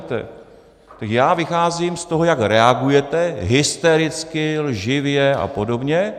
Tak já vycházím z toho, jak reagujete hystericky, lživě apod.